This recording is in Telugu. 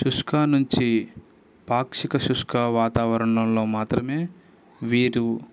శుష్క నుంచి పాక్షిక శుష్క వాతవరణంలో మాత్రమే వీరు